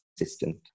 assistant